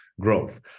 growth